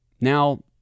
Now